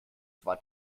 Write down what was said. zwar